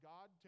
God